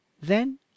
Then